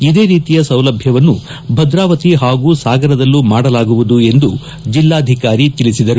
ಇದೇ ರೀತಿಯ ಸೌಲಭ್ಧವನ್ನು ಭದ್ರಾವತಿ ಹಾಗೂ ಸಾಗರದಲ್ಲೂ ಮಾಡಲಾಗುವುದು ಎಂದು ಜಿಲ್ಲಾಧಿಕಾರಿ ತಿಳಿಸಿದರು